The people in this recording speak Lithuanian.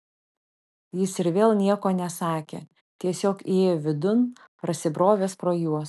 jis ir vėl nieko nesakė tiesiog įėjo vidun prasibrovęs pro juos